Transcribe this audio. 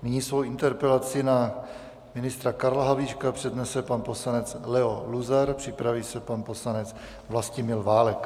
Nyní svoji interpelaci na ministra Karla Havlíčka přednese pan poslanec Leo Luzar, připraví se pan poslanec Vlastimil Válek.